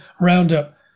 Roundup